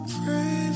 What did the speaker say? pray